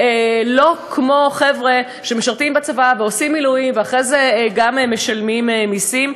לא כמו חבר'ה שמשרתים בצבא ועושים מילואים ואחרי זה גם משלמים מסים,